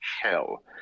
Hell